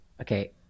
Okay